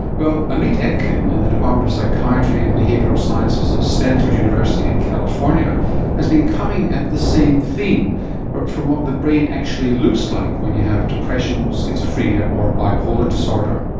well, amit etkin in the department of psychiatry and behavioural sciences at stanford university in california has been coming at the same theme but from what the brain actually looks like when you have depression, schizophrenia or bipolar disorder.